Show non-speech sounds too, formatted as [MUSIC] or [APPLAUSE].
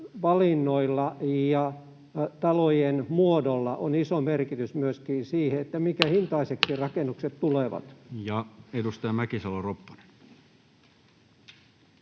valinnoilla ja talojen muodolla on iso merkitys siihen, [NOISE] minkähintaiseksi rakennukset tulevat. Ja edustaja Mäkisalo-Ropponen.